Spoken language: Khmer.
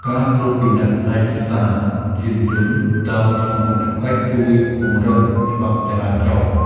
ការត្រួតពិនិត្យឯកសារយានយន្តដោយសមត្ថកិច្ចជួយពង្រឹងច្បាប់ចរាចរណ៍។